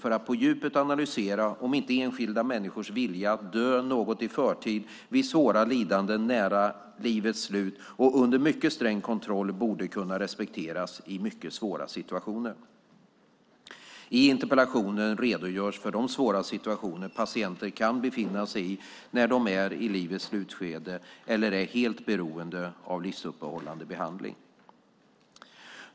Den skulle på djupet analysera om inte enskilda människors vilja att dö något i förtid vid svåra lidanden nära livets slut och under mycket sträng kontroll borde kunna respekteras i mycket svåra situationer. I interpellationen redogörs för de svåra situationer patienter kan befinna sig i när de är i livets slutskede eller är helt beroende av livsuppehållande behandling.